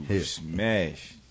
smash